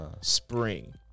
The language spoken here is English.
Spring